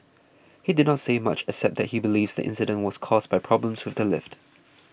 he did not say much except that he believes the incident was caused by problems with the lift